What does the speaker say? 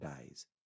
days